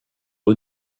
eux